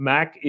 Mac